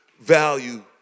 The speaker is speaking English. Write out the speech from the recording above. value